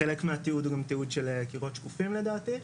חלק מהתיעוד הוא גם תיעוד של 'קירות שקופים' לדעתי,